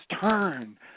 turn